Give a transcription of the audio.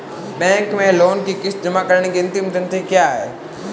Bank में loan की किश्त जमा कराने की अंतिम तिथि क्या है?